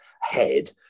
head